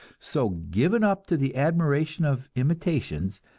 so given up to the admiration of imitations,